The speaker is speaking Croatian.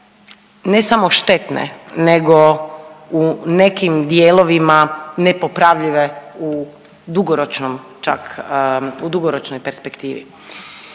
ne samo štetne nego u nekim dijelovima nepopravljive u dugoročnom čak, u dugoročnoj perspektivi.